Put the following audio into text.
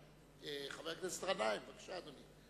חבר הכנסת גנאים, בבקשה, אדוני.